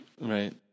Right